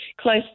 close